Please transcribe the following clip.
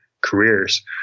careers